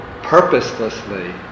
purposelessly